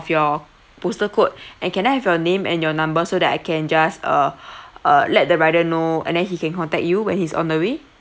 of your postal code and can I have your name and your number so that I can just uh uh let the rider know and then he can contact you when he's on the way